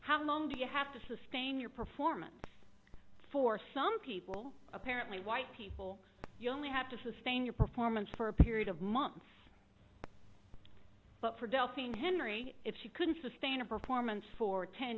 how long do you have to sustain your performance for some people apparently white people you only have to sustain your performance for a period of months but for delfin henry if she couldn't sustain a performance for ten